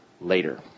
later